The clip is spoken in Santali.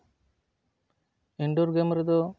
ᱤᱱᱰᱳᱨ ᱜᱮᱢ ᱨᱮᱫᱚ